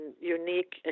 unique